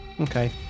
Okay